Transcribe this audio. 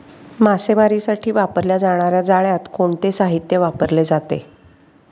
मासेमारीसाठी वापरल्या जाणार्या जाळ्यात कोणते साहित्य वापरले जाते?